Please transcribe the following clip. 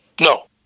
No